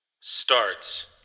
starts